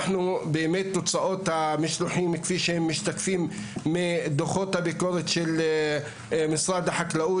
באמת תוצאות המשלוחים כפי שהן משתקפות בדוחות הביקורת של משרד החקלאות,